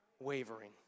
wavering